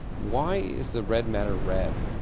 why is the red matter red?